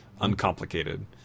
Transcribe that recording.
uncomplicated